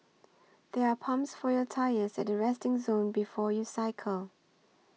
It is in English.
there are pumps for your tyres at the resting zone before you cycle